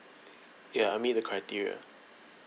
ya I meet the criteria